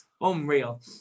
Unreal